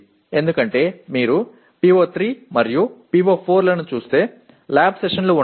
ఎందుకంటే మీరు PO3 మరియు PO4 లను చూస్తే ల్యాబ్ సెషన్లు ఉంటాయి